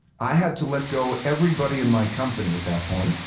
i had to let go everybody in my company at that point.